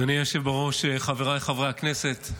אדוני היושב-ראש, חבריי חברי הכנסת,